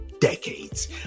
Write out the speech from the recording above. decades